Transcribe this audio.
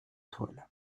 toile